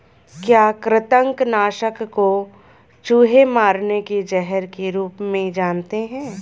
क्या कृतंक नाशक को चूहे मारने के जहर के रूप में जानते हैं?